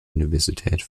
universität